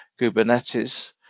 Kubernetes